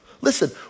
Listen